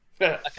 Okay